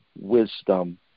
wisdom